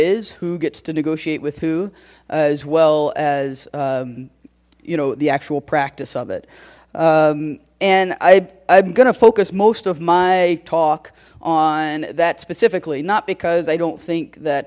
is who gets to negotiate with who as well as you know the actual practice of it and i i'm gonna focus most of my talk on that specifically not because i don't think that